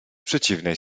przeciwnej